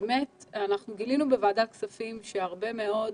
אנחנו גילינו בוועדת הכספים שהרבה מאוד